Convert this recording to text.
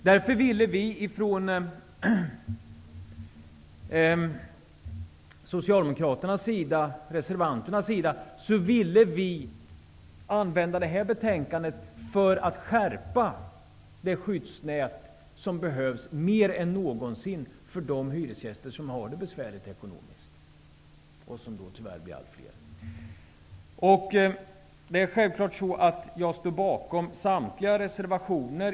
Därför ville vi socialdemokratiska reservanter med hjälp av det här betänkandet skärpa det skyddsnät som nu mer än någonsin behövs för de hyresgäster som har det besvärligt ekonomiskt och som, tyvärr, blir allt fler. Självfallet står jag bakom samtliga s-reservationer.